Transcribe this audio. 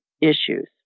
issues